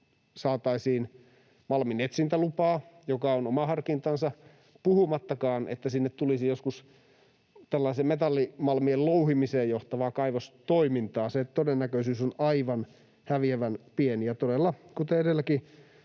saataisiin malminetsintälupa, joka on oma harkintansa, puhumattakaan, että sinne tulisi joskus tällaista metallimalmien louhimiseen johtavaa kaivostoimintaa. Se todennäköisyys on aivan häviävän pieni. Ja todella, kuten edelläkin